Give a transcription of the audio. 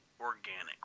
Organic